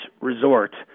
Resort